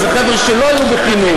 אלה חבר'ה שלא היו בחינוך,